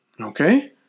okay